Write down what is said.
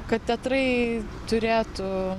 kad teatrai turėtų